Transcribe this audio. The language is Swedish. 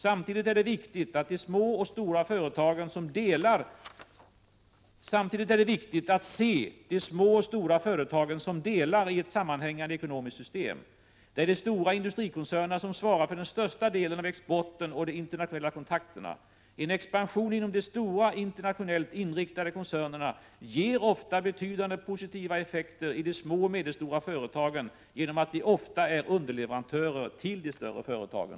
Samtidigt är det viktigt att se de små och stora företagen som delar i ett sammanhängande ekonomiskt system. Det är de stora industrikoncernerna som svarar för den största delen av exporten och de internationella kontakterna. En expansion inom de stora, internationellt inriktade koncernerna ger ofta betydande positiva effekter i de små och medelstora företagen genom att de ofta är underleverantörer till de större företagen.